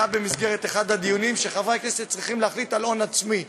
עלה במסגרת אחד הדיונים שחברי הכנסת צריכים להחליט על הון עצמי.